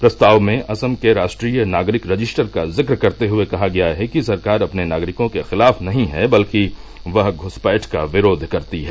प्रस्ताव में असम के राष्ट्रीय नागरिक रजिस्टर का जिक्र करते हुए कहा गया है कि सरकार अपने नागरिकों के खिलाफ नहीं है बल्कि वह घुसपैठ का विरोध करती है